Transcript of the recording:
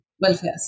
welfare